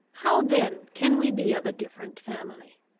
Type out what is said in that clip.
how then can we be of a different family?